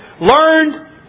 learned